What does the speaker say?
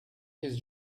his